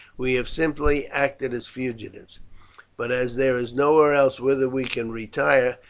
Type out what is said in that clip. we have simply acted as fugitives but as there is nowhere else whither we can retire,